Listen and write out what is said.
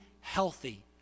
healthy